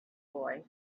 boy